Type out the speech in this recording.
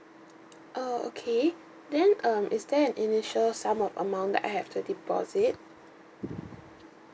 oh okay then um is there an initial sum of amount that I have to deposit